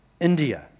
India